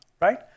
right